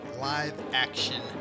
live-action